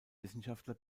wissenschaftler